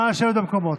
נא לשבת במקומות.